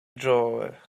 jove